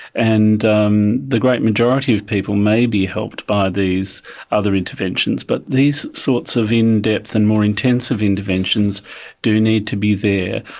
and um the great majority of people may be helped by these other interventions, but these sorts of in-depth and more intensive interventions do need to be there,